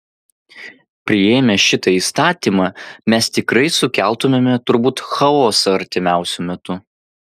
priėmę šitą įstatymą mes tikrai sukeltumėme turbūt chaosą artimiausiu metu